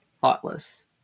thoughtless